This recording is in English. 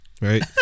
Right